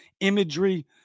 imagery